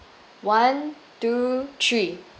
one two three